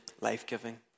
life-giving